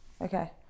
Okay